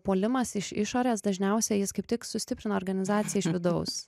puolimas iš išorės dažniausiai jis kaip tik sustiprina organizaciją iš vidaus